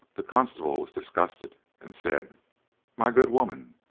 the constable was disgusted, and said my good woman,